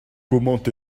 comment